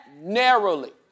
narrowly